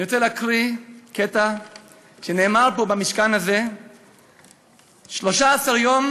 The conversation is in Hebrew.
אני רוצה להקריא קטע שנאמר פה במשכן הזה 13 יום